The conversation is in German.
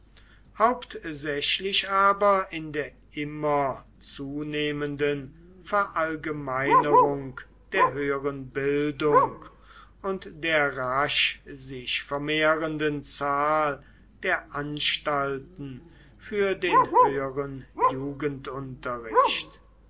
hauptsächlich aber in der immer zunehmenden verallgemeinerung der höheren bildung und der rasch sich vermehrenden zahl der anstalten für den höheren